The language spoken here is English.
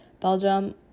Belgium